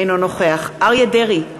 אינו נוכח אריה דרעי,